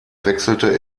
wechselte